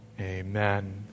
amen